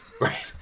Right